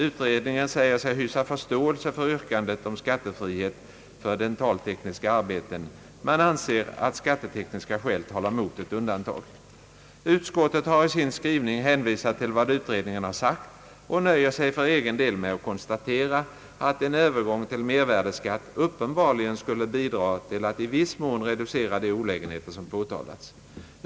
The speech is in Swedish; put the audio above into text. Utredningen säger sig hysa förståelse för yrkandet om skattefrihet för dentaltekniska arbeten men anser att skattetekniska skäl talar emot ett undantag. Utskottet har i sin skrivning hänvisat till vad utredninegn har sagt och nöjer sig för egen del med att konstatera, att en övergång till mervärdeskatt uppenbarligen skulle bidra till att i viss mån reducera de olägenheter som påtalats.